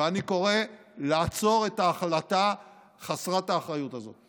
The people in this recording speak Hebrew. ואני קורא לעצור את ההחלטה חסרת האחריות הזאת.